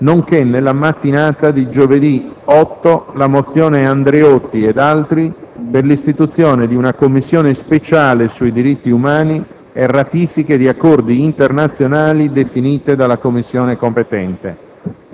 nonché, nella mattinata di giovedì 8, la mozione Andreotti ed altri per l'istituzione di una Commissione speciale sui diritti umani e ratifiche di accordi internazionali definite dalla Commissione competente.